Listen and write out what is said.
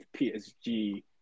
PSG